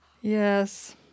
Yes